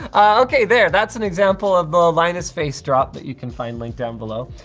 okay, there, that's an example of the linus face drop that you can find link down below.